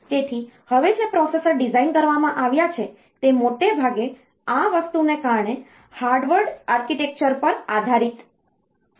તેથી હવે જે પ્રોસેસર્સ ડિઝાઇન કરવામાં આવ્યા છે તે મોટે ભાગે આ વસ્તુને કારણે હાર્વર્ડ આર્કિટેક્ચર પર આધારિત હોય છે